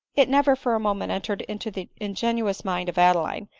it never for a moment entered into the ingenuous mind of adeline,